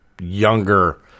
younger